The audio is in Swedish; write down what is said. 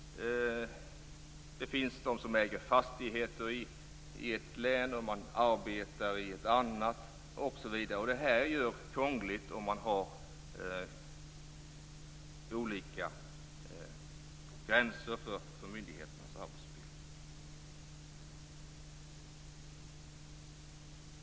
Det finns de som äger fastigheter i ett län men arbetar i ett annat. Det är krångligt om man har olika gränser för myndigheternas arbetsuppgifter.